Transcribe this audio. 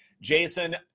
Jason